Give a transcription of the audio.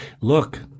look